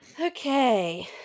okay